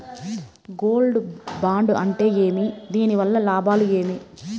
Gold bond అంటే ఏమి? దీని వల్ల లాభాలు ఏమి?